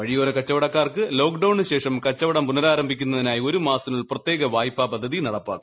വഴിയോര കച്ചവടക്കാർക്ക് ലോക്ഡൌണിനു ശേഷം കച്ചുവടം പുനരാരംഭിക്കുന്നതിനായി ഒരു മാസത്തിനുള്ളിൽ പ്രത്യേക വായ്പാ പദ്ധതി നടപ്പാക്കും